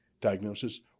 diagnosis